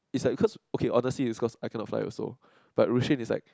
is like cause okay honestly is cause I cannot find also but Ru-Xin is like